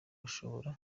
ashobora